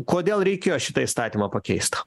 kodėl reikėjo šitą įstatymą pakeist